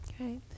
Okay